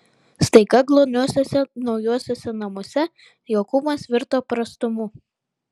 staiga glotniuosiuose naujuosiuose namuose jaukumas virto prastumu